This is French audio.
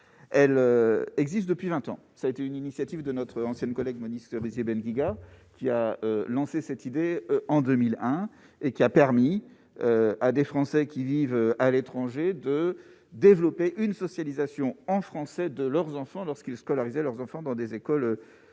elle existe depuis 20 ans, ça a été une initiative de notre ancienne collègue Monique Cerisier-Ben Guiga, qui a lancé cette idée en 2001 et qui a permis à des Français qui vivent à l'étranger, de développer une socialisation en français de leurs enfants lorsqu'ils scolariser leurs enfants dans des écoles qui